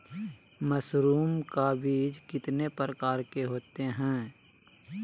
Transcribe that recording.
Mushroom का बीज कितने प्रकार के होते है?